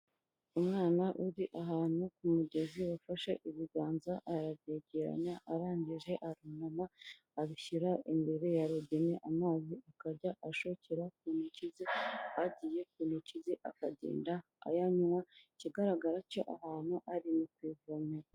Umwana uri ahantu ku mugezi wafashe ibiganza arabyegeranya arangije arunama abishyira imbere ya rudene, amazi akajya ashokera ku ntoki ze agiye ku ntoki ze akagenda ayanywa, ikigaragara cyo ahantu ari ni ku ivomero.